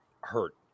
hurt